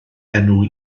enw